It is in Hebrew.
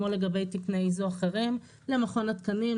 כמו לגבי תקני ISO אחרים למכון התקנים,